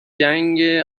جنگ